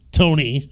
tony